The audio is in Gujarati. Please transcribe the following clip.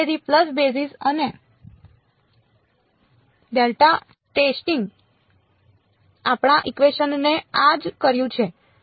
તેથી પલ્સ બેઝિસ અને ડેલ્ટા ટેસ્ટિંગે આપણા ઇકવેશન ને આ જ કર્યું છે